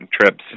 trips